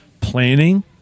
planning